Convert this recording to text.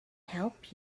help